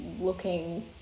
looking